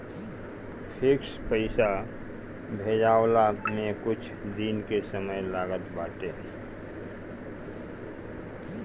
fix पईसा भेजाववला में कुछ दिन के समय लागत बाटे